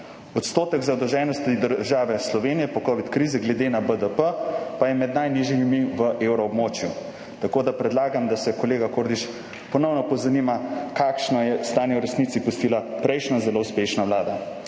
Odstotek zadolženosti države Slovenije po covid krizi glede na BDP pa je med najnižjimi v evroobmočju. Tako da predlagam, da se kolega Kordiš ponovno pozanima, kakšno stanje je v resnici pustila prejšnja, zelo uspešna vlada.